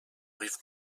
rive